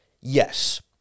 yes